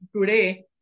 today